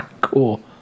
Cool